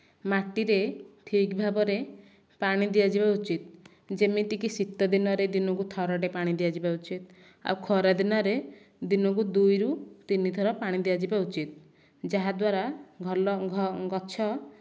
ମାଟିରେ ଠିକ ଭାବରେ ପାଣି ଦିଆଯିବା ଉଚିତ ଯେମିତିକି ଶୀତ ଦିନରେ ଦିନକୁ ଥରଟେ ପାଣି ଦିଆଯିବ ଉଚିତ ଆଉ ଖରା ଦିନରେ ଦିନକୁ ଦୁଇରୁ ତିନି ଥର ପାଣି ଦିଆଯିବା ଉଚିତ ଯାହାଦ୍ଵାରା ଭଲ ଗଛ